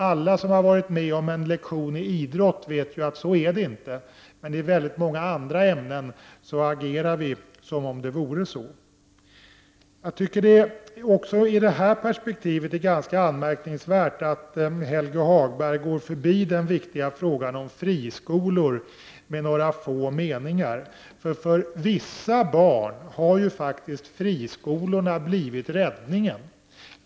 Alla som har varit med om en lektion i idrott vet att det inte är så, men i många andra ämnen agerar vi som om det vore så. Också i detta perspektiv är det ganska anmärkningsvärt att Helge Hagberg går förbi den viktiga frågan om friskolor med några få meningar. För vissa barn har friskolorna faktiskt blivit räddningen.